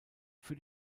für